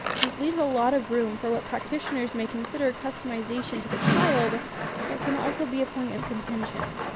this leaves a lot of room for what practitioners may consider customization to the child but can also be a point of contention.